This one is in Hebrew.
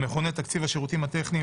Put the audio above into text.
המכונה "תקציב השירותים הטכניים",